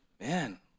man